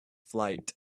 flight